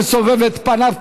מסובב את פניו,